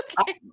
Okay